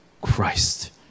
Christ